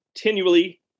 continually